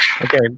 okay